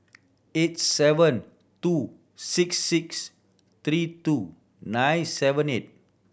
eight seven two six six three two nine seven eight